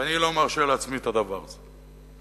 ואני לא מרשה לעצמי את הדבר הזה.